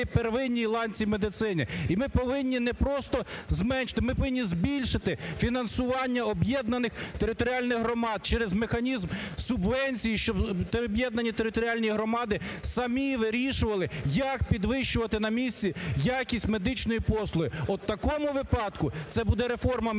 первинній ланці медицини. І ми повинні не просто зменшити, ми повинні збільшити фінансування об'єднаних територіальних громад через механізм субвенцій. Щоб об'єднані територіальні громади самі вирішували, які підвищувати на місці якість медичної послуги. От, в такому випадку це буде реформа